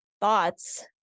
thoughts